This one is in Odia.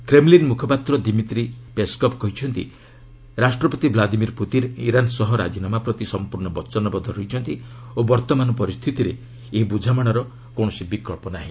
କ୍ରେମ୍ଲିନ୍ ମୁଖପାତ୍ର ଦିମିତ୍ରି ପେସ୍କଭ୍ କହିଛନ୍ତି ରାଷ୍ଟ୍ରପତି ଭ୍ଲାଦିମିର୍ ପୁତିନ୍ ଇରାନ୍ ସହ ରାଜୀନାମା ପ୍ରତି ସମ୍ପର୍ଷ୍ଣ ବଚନବଦ୍ଧ ରହିଛନ୍ତି ଓ ବର୍ତ୍ତମାନ ପରିସ୍ଥିତିରେ ଏହି ବୁଝାମଣାର କୌରସି ବିକ୍ସ ନାହିଁ